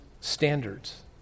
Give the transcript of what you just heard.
standards